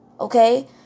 Okay